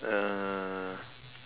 uh